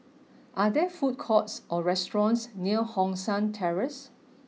are there food courts or restaurants near Hong San Terrace